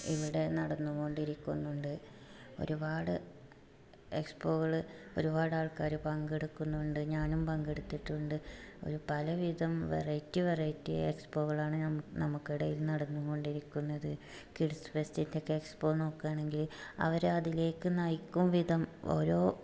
ഇവിടെ നടന്ന് കൊണ്ടിരിക്കുന്നുണ്ട് ഒരുപാട് എക്സ്പോകള് ഒരുപാട് ആൾക്കാർ പങ്കെടുക്കുന്നുണ്ട് ഞാനും പങ്കെടുത്തിട്ടുണ്ട് ഒരു പലവിധം വെറൈറ്റി വെറൈറ്റി എക്സ്പോകളാണ് ന നമുക്കിടയിൽ നടന്ന് കൊണ്ടിരിക്കുന്നത് കിഡ്സ് ഫെസ്റ്റിൻ്റെക്കെ എക്സ്പോ നോക്കാണെങ്കിൽ അവരതിലേക്ക് നയിക്കും വിധം ഓരോ